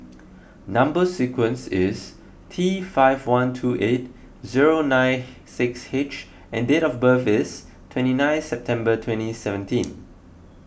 Number Sequence is T five one two eight zero nine six H and date of birth is twenty nine September twenty seventeen